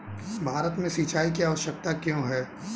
भारत में सिंचाई की आवश्यकता क्यों है?